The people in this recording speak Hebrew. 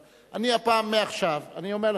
אני מעכשיו אני אומר לך,